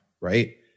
right